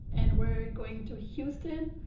and we're going to houston,